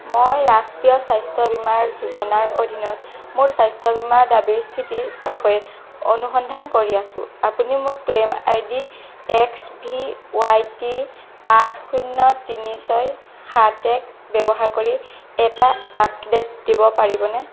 মই ৰাষ্ট্ৰীয় স্বাস্থ্য বীমাৰ যোজনাৰ অধীনত মোৰ স্বাস্থ্য বীমা দাবীৰ স্থিতিৰ বিষয়ে অনুসন্ধান কৰি আছো আপুনি মোৰ claim I D X V Y T পাঁচ শূন্য তিনি ছয় সাত এক ব্যৱহাৰ কৰি এটা আপডেট দিব পাৰিবনে